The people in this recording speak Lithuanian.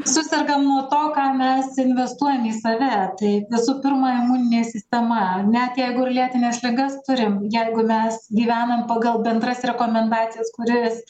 susergam nuo to ką mes investuojam į save tai visų pirma imuninė sistema ar ne tai jeigu ir lėtines ligas turim jeigu mes gyvenam pagal bendras rekomendacijas kurias